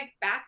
back